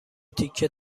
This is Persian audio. تیکه